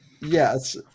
Yes